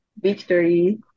victory